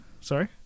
sorry